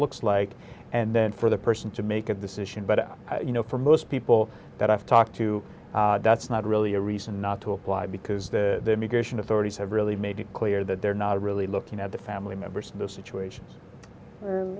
looks like and then for the person to make a decision but you know for most people that i've talked to that's not really a reason not to apply because the immigration authorities have really made it clear that they're not really looking at the family members of the situation